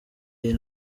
iyi